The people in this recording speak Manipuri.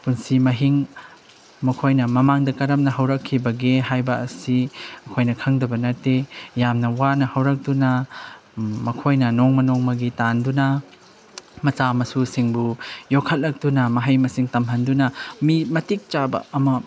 ꯄꯨꯟꯁꯤ ꯃꯍꯤꯡ ꯃꯈꯣꯏꯅ ꯃꯃꯥꯡꯗ ꯀꯔꯝꯅ ꯍꯧꯔꯛꯈꯤꯕꯒꯦ ꯍꯥꯏꯕ ꯑꯁꯤ ꯑꯩꯈꯣꯏꯅ ꯈꯪꯗꯕ ꯅꯠꯇꯦ ꯌꯥꯝꯅ ꯋꯥꯅ ꯍꯧꯔꯛꯇꯨꯅ ꯃꯈꯣꯏꯅ ꯅꯣꯡꯃ ꯅꯣꯡꯃꯒꯤ ꯇꯥꯟꯗꯨꯅ ꯃꯆꯥ ꯃꯁꯨꯁꯤꯡꯕꯨ ꯌꯣꯛꯈꯠꯂꯛꯇꯨꯅ ꯃꯍꯩ ꯃꯁꯤꯡ ꯇꯝꯍꯟꯗꯨꯅ ꯃꯤ ꯃꯇꯤꯛ ꯆꯥꯕ ꯑꯃ